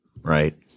right